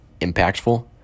impactful